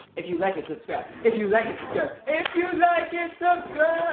if you like it subscribe, if you like it subscribe, if you like it subscribe!